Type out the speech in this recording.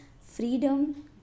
freedom